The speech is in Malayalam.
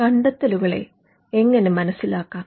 how to catch an invention കണ്ടെത്തലുകളെ എങ്ങെനെ മനസിലാക്കാം